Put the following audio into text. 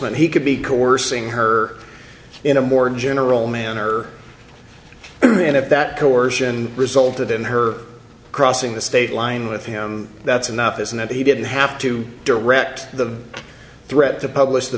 when he could be coercing her in a more general manner and if that coercion resulted in her crossing the state line with him that's enough isn't that he didn't have to direct the threat to publish the